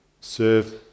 serve